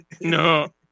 no